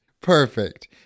Perfect